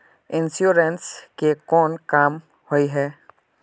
Insurance के कोन काम होय है?